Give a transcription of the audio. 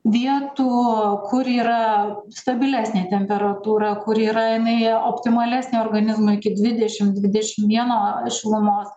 vietų kur yra stabilesnė temperatūra kur yra jinai optimalesnė organizmui iki dvidešimt dvidešimt vieno šilumos